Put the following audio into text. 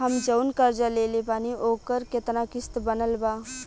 हम जऊन कर्जा लेले बानी ओकर केतना किश्त बनल बा?